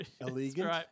Elegant